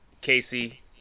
Casey